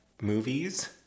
Movies